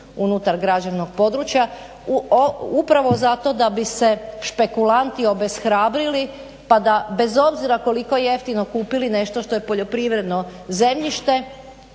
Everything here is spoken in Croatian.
unutar građevnog područja upravo zato da bi se špekulanti obeshrabrili pa da bez obzira koliko jeftino kupili nešto što je poljoprivredno zemljište